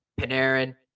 Panarin